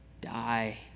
die